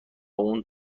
اون